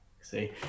See